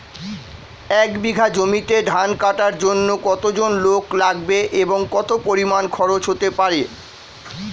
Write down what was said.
এক বিঘা জমিতে ধান কাটার জন্য কতজন লোক লাগবে এবং কত পরিমান খরচ হতে পারে?